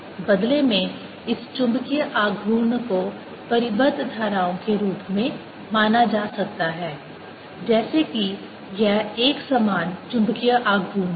बदले में इस चुंबकीय आघूर्ण को परिबद्ध धाराओं के रूप में माना जा सकता है जैसे कि यह एकसमान चुंबकीय आघूर्ण है